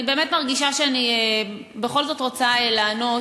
אני באמת מרגישה שאני בכל זאת רוצה לענות